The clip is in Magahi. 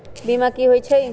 बीमा कि होई छई?